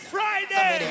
Friday